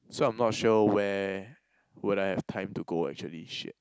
so I'm not sure where would I have time to go actually shit